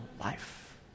life